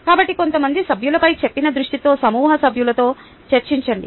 కాబట్టి కొంతమంది సభ్యులపై చెప్పని దృష్టితో సమూహ సభ్యులతో చర్చించండి